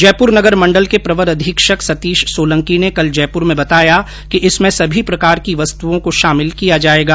जयपूर नगर मण्डल के प्रवर अधीक्षक सतीश सोलंकी ने कल जयपूर में बताया कि इसमें सभी प्रकार की वस्तुओं को शामिल किया जायेगा